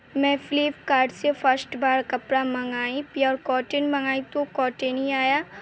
میں فلپکارٹ سے فشٹ بار کپڑا منگائی پیور کاٹن منگائی تو کاٹن ہی آیا